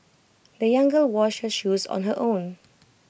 the young girl washed her shoes on her own